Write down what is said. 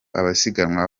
abasiganwa